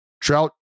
Trout